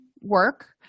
work